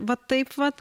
va taip vat